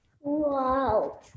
Wow